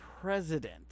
president